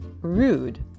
rude